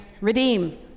redeem